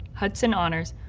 hudson honors,